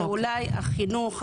שאולי החינוך,